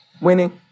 Winning